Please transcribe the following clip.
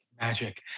Magic